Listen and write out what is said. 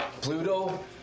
Pluto